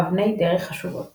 אבני דרך חשובות